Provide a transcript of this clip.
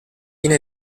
stata